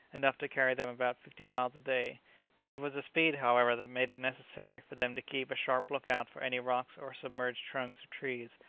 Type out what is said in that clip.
enough to carry them about fifty miles a day it was a speed, however, that made it necessary for them to keep a sharp look-out for any rocks or submerged trunks of trees,